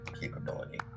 capability